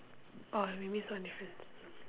orh we miss one difference